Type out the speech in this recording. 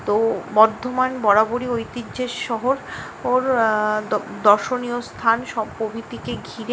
তো বর্ধমান বরাবরই ঐতিহ্যের শহর ওর দর দশ্যনীয় স্থান সব প্রভিতিকে ঘিরে